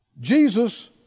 Jesus